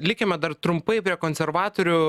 likime dar trumpai prie konservatorių